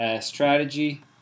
strategy